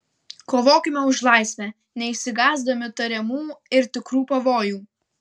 kovokime už laisvę neišsigąsdami tariamų ir tikrų pavojų